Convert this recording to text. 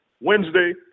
Wednesday